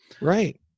Right